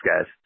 guys